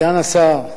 סגן השר,